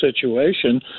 situation